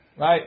Right